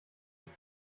sich